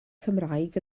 cymraeg